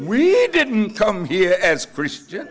we didn't come here as christians